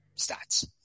stats